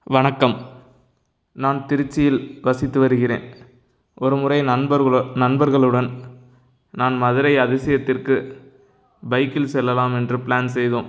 வணக்கம் நான் திருச்சியில் வசித்து வருகிறேன் ஒருமுறை நண்பர்களோடு நண்பர்களுடன் நான் மதுரை அதிசயத்திற்கு பைக்கில் செல்லலாம் என்று ப்ளான் செய்தோம்